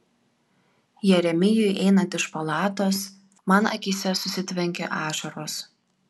jeremijui einant iš palatos man akyse susitvenkė ašaros